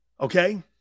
Okay